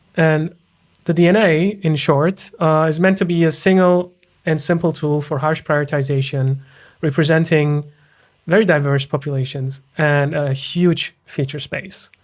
and the dna in short is meant to be a single and simple tool for prioritization representing very diverse populations and a huge feature space.